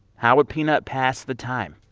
how would peanut pass the time?